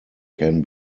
can